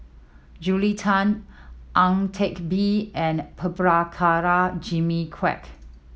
Julia Tan Ang Teck Bee and Prabhakara Jimmy Quek